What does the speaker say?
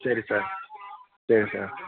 சரி சார் சரி சார்